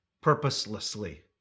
purposelessly